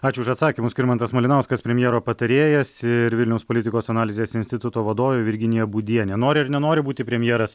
ačiū už atsakymus skirmantas malinauskas premjero patarėjas ir vilniaus politikos analizės instituto vadovė virginija būdienė nori ar nenori būti premjeras